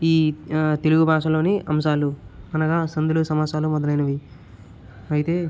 ఈ తెలుగు భాషలోని అంశాలు అనగా సంధులు సమాసాలు మొదలైనవి అయితే